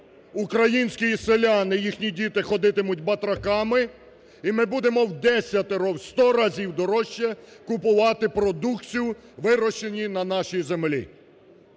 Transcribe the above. українські селяни і їхні діти ходитимуть батраками, і ми будемо вдесятеро, в сто разів дорожче купувати продукцію, вирощену на нашій землі.